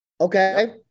okay